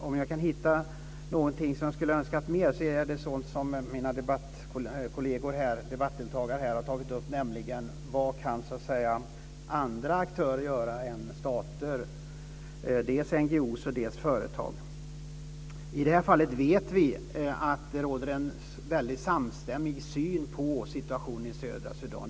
Om jag kan hitta någonting där jag skulle ha önskat mer är det sådant som mina kolleger debattdeltagare har tagit upp, nämligen: Vad kan andra aktörer göra än stater, dels NGO:er, dels företag? I det här fallet vet vi att det råder en väldigt samstämmig syn på situationen i södra Sudan.